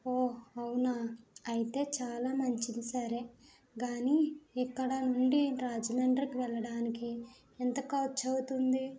ఓ అవునా అయితే చాలా మంచిది సరే గానీ ఇక్కడ నుండి రాజమండ్రి వెళ్ళడానికి ఎంత ఖర్చవుతుంది